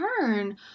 turn